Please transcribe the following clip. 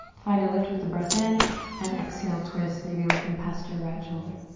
find a lift with the breath in and exhale twist maybe looking past your right shoulder.